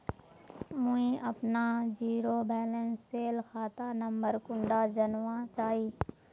मुई अपना zero balance सेल खाता नंबर कुंडा जानवा चाहची?